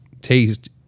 taste